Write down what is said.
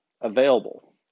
available